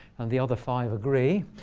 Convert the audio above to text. and the other five agree.